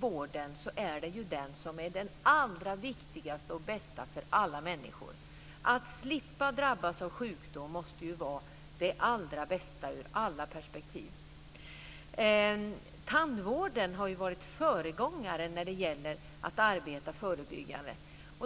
vården är den allra viktigaste och bästa för alla människor. Att slippa att drabbas av sjukdom måste ju vara det allra bästa ur alla perspektiv. Tandvården har varit en föregångare när det gäller att arbeta förebyggande.